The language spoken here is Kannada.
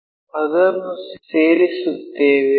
ಅದನ್ನು ಸೇರಿಸುತ್ತೇವೆ